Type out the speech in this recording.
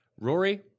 Rory